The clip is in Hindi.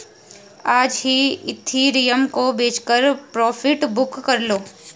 आज ही इथिरियम को बेचकर प्रॉफिट बुक कर लो